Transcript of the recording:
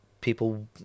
people